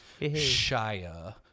Shia –